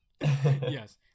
Yes